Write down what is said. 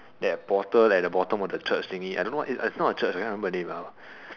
that a portal at the bottom of the church thingy I don't know what it is it's not a church I cannot remember the name lah